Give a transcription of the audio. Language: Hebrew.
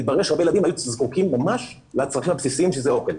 התברר שהרבה ילדים היו זקוקים ממש לצרכים הבסיסיים שזה אוכל.